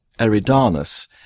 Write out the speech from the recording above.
Eridanus